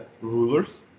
rulers